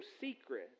secret